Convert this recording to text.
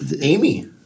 Amy